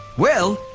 well,